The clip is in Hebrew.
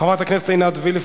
חברת הכנסת עינת וילף,